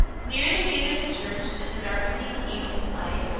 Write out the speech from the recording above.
near the gate of the church, in the darkening evening light,